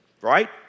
Right